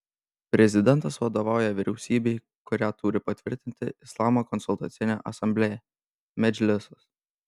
prezidentas vadovauja vyriausybei kurią turi patvirtinti islamo konsultacinė asamblėja medžlisas